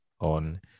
on